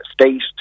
state